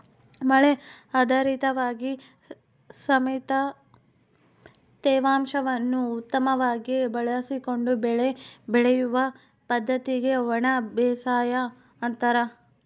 ಮಳೆ ಆಧಾರಿತವಾಗಿ ಸೀಮಿತ ತೇವಾಂಶವನ್ನು ಉತ್ತಮವಾಗಿ ಬಳಸಿಕೊಂಡು ಬೆಳೆ ಬೆಳೆಯುವ ಪದ್ದತಿಗೆ ಒಣಬೇಸಾಯ ಅಂತಾರ